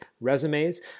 resumes